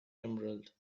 emerald